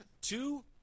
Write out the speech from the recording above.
Two